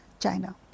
China